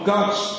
God's